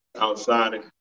Outside